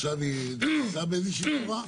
היא נכנסה באיזו צורה?